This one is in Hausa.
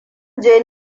je